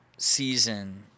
season